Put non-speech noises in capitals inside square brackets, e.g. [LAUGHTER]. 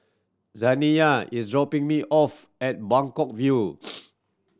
Zaniyah is dropping me off at Buangkok View [NOISE]